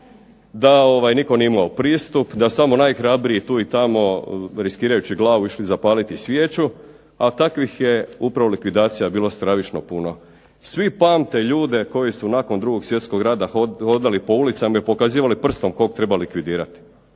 da nitko nije imao pristup, da samo najhrabriji tu i tamo riskirajući glavu išli zapaliti svijeću, a takvih je upravo likvidacija bilo stravično puno. Svi pamte ljude koji su nakon 2. svjetskog rata hodali po ulicama i pokazivali prstom kog treba likvidirati.